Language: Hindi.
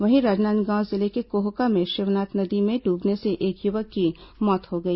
वहीं राजनांदगांव जिले के कोहका में शिवनाथ नदी में डूबने से एक युवक की मौत हो गई